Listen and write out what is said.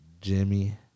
Jimmy